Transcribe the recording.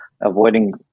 avoiding